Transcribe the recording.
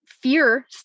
fear